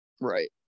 right